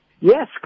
Yes